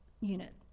Unit